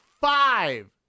five